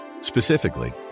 Specifically